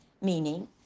meaning